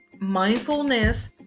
mindfulness